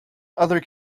other